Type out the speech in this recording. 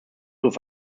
auf